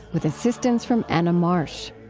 with assistance from anna marsh.